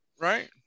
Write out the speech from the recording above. Right